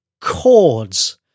chords